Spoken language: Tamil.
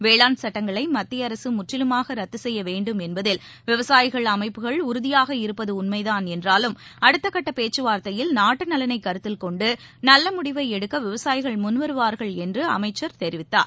வேளாண் சட்டங்களை மத்திய அரசு முற்றிலுமாக ரத்து செய்ய வேண்டும் என்பதில் விவசாயிகள் அமைப்புகள் உறுதியாக இருப்பது உண்மைதான் என்றாலும் அடுத்தகட்ட பேச்சுவார்த்தையில் நாட்டு நலனை கருத்தில் கொண்டு நல்ல முடிவை எடுக்க விவசாயிகள் முன்வருவார்கள் என்று அமைச்சர் தெரிவித்தார்